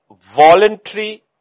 voluntary